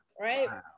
right